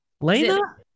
Lena